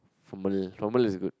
formal formal is good